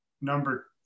number